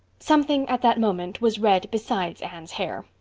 something at that moment was red besides anne's hair.